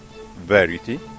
variety